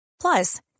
Plus